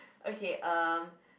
okay um